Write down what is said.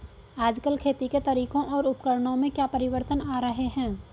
आजकल खेती के तरीकों और उपकरणों में क्या परिवर्तन आ रहें हैं?